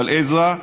אבל עזרא,